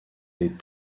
les